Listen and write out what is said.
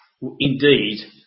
indeed